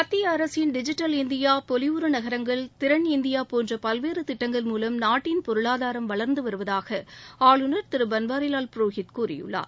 மத்திய அரசின் digital India பொலிவுறு நகரங்கள் திறன் இந்தியா போன்ற பல்வேறு திட்டங்கள் மூலம் நாட்டின் பொருளாதாரம் வளர்ந்து வருவதாக ஆளுநர் திரு பன்வாரிலால் புரோஹித் கூறியுள்ளார்